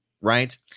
right